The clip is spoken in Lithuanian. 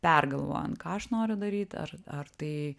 pergalvojant ką aš noriu daryt ar ar tai